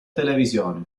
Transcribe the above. televisione